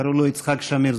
קראו לו יצחק שמיר,